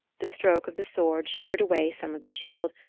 the stroke of the sword sheared away some of the shield,